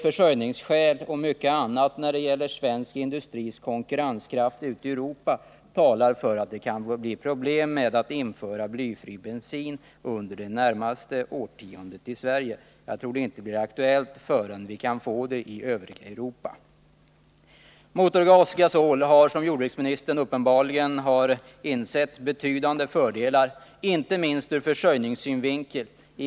Försörjningsskäl och mycket annat när det gäller svensk industris konkurrenskraft ute i Nr 38 Europa talar för att det kanske blir problem med att införa blyfri bensin i Tisdagen den Sverige under det närmaste årtiondet. Jag tror inte det blir aktuellt förrän den 27 november 1979 införs i övriga Europa. Motorgas eller gasol har, som jordbruksministern uppenbarligen insett, betydande fördelar inte minst ur försörjningssynvinkel.